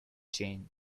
chain